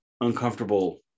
uncomfortable